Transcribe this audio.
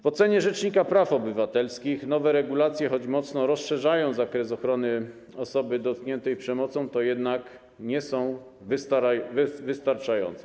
W ocenie rzecznika praw obywatelskich nowe regulacje, choć mocno rozszerzają zakres ochrony osoby dotkniętej przemocą, nie są jednak wystarczające.